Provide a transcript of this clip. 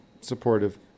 supportive